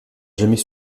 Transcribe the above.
jamais